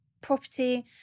property